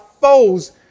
foes